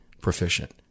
proficient